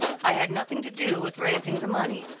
i had nothing to do with raising the money,